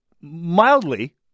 mildly